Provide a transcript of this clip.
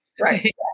Right